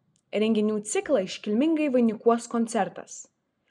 renginių ciklą iškilmingai vainikuos koncertas